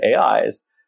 AIs